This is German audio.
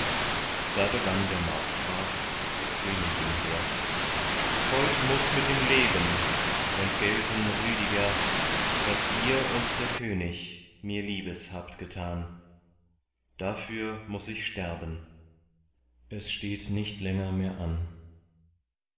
da begann der markgraf zu der königin hehr heut muß mit dem leben entgelten rüdiger was ihr und der könig mir liebes habt getan dafür muß ich sterben es steht nicht länger mehr an